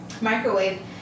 microwave